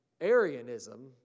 Arianism